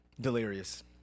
Delirious